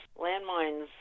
Landmines